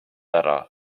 ära